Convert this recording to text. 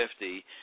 50